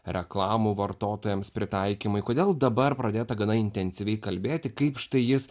reklamų vartotojams pritaikymui kodėl dabar pradėta gana intensyviai kalbėti kaip štai jis